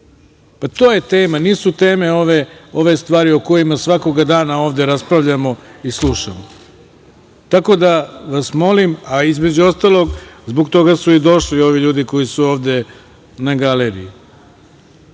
je tema, nisu teme ove stvari o kojima svakoga dana ovde raspravljamo i slušamo. Tako da, molim vas, a između ostalog zbog toga su i došli ovi ljudi koji su ovde na galeriji. Kad